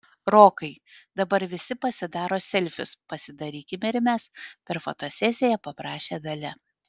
rokai dabar visi pasidaro selfius pasidarykime ir mes per fotosesiją paprašė dalia